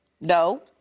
No